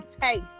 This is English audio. taste